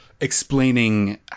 explaining